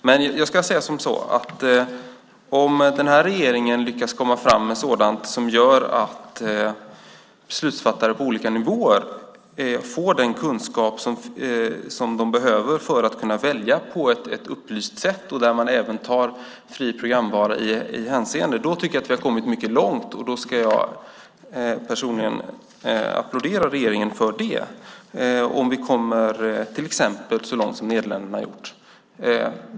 Men jag ska säga som så att om den här regeringen lyckas komma fram med sådant som gör att beslutsfattare på olika nivåer får den kunskap som de behöver för att kunna välja på ett upplyst sätt och där man även tar fri programvara i hänseende tycker jag att vi har kommit mycket långt. Om vi kommer till exempel så långt som Nederländerna har gjort ska jag personligen applådera regeringen för det.